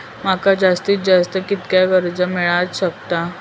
माका जास्तीत जास्त कितक्या कर्ज मेलाक शकता?